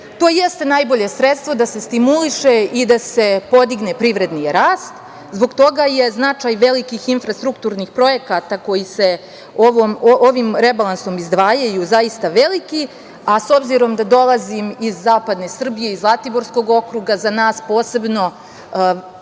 To jeste najbolje sredstvo da se stimuliše i da se podigne privredni rast. Zbog toga je značaj velikih infrastrukturnih projekata koji se ovim rebalansom izdvajaju zaista veliki, a obzirom da dolazim iz Zapadne Srbije, iz Zlatiborskog okruga, za nas posebno